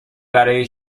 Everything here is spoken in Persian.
برای